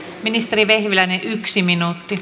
ministeri vehviläinen yksi minuutti